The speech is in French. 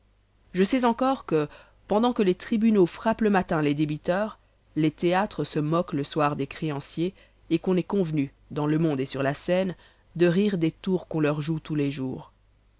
je sais encore que pendant que les tribunaux frappent le matin les débiteurs les théâtres se moquent le soir des créanciers et qu'on est convenu dans le monde et sur la scène de rire des tours qu'on leur joue tous les jours